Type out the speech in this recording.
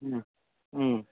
ہوں ہوں